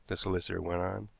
the solicitor went on.